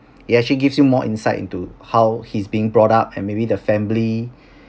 it actually gives you more insight into how he's being brought up and maybe the family